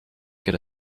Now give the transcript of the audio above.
good